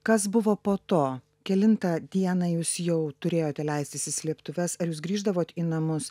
kas buvo po to kelintą dieną jūs jau turėjote leistis į slėptuves ar jūs grįždavot į namus